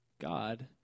God